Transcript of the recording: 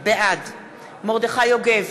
בעד מרדכי יוגב,